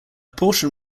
portion